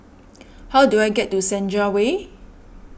how do I get to Senja Way